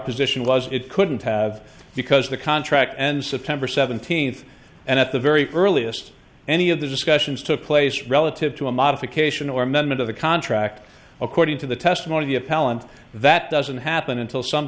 position was it couldn't have because the contract and september seventeenth and at the very earliest any of the discussions took place relative to a modification or amendment of the contract according to the testimony of talent that doesn't happen until some